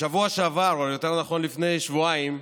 בשבוע שעבר, או יותר נכון לפני שבועיים,